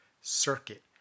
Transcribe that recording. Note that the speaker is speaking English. circuit